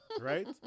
Right